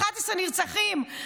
11 נרצחים.